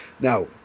now